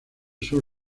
sur